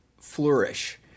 flourish